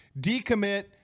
decommit